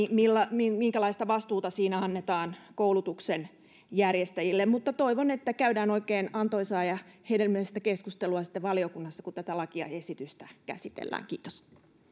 sitä minkälaista vastuuta siinä annetaan koulutuksen järjestäjille mutta toivon että käydään oikein antoisaa ja hedelmällistä keskustelua sitten valiokunnassa kun tätä lakiesitystä käsitellään kiitos